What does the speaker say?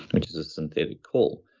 which is a synthetic coal.